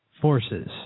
forces